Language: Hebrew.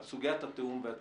על סוגיית התיאום והתכנון.